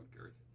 girth